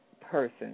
person